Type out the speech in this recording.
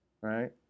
right